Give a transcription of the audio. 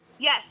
Yes